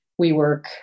WeWork